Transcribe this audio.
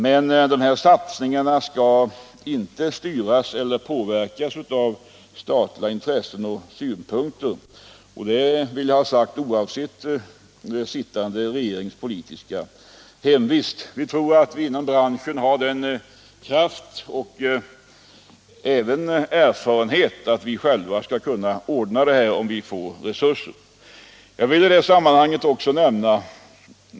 Men dessa satsningar skall inte styras eller påverkas av statliga intressen och synpunkter — det vill jag ha sagt oavsett sittande regerings politiska hemvist. Vi tror nämligen att vi inom branschen har sådan kraft och erfarenhet att vi utan ett statligt exporbolag skall kunna utföra ett effektivt exportarbete.